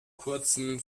kurzen